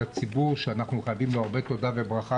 לציבור שאנחנו חייבים לו הרבה תודה וברכה,